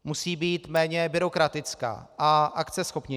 Musí být méně byrokratická a akceschopnější.